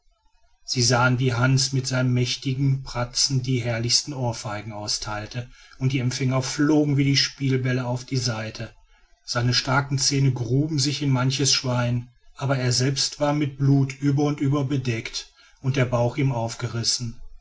sie sahen wie hans mit seinen mächtigen pratzen die herrlichsten ohrfeigen austeilte und die empfänger flogen wie die spielbälle auf die seite seine starken zähne gruben sich in manches schwein aber er selbst war mit blut über und über bedeckt und der bauch ihm aufgerissen